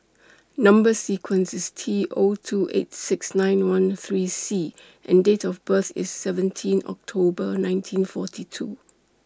Number sequence IS T O two eight six nine one three C and Date of birth IS seventeen October nineteen forty two